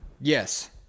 yes